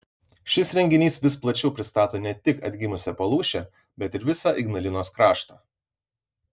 šis renginys vis plačiau pristato ne tik atgimusią palūšę bet ir visą ignalinos kraštą